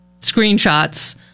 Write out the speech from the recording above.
screenshots